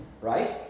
Right